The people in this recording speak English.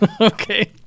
Okay